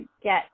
get